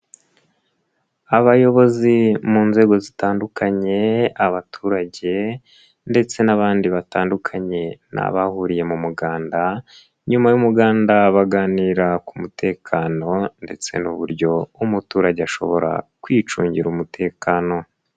Abayobozi mu nzego zitandukanye abaturage ndetse n'abandi batandukanye ni abahuriye mu muganda nyuma y'umuganda baganira ku mutekano ndetse n'uburyo umuturage ashobora kwicungira umutekano.